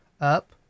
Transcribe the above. up